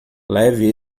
leve